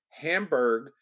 Hamburg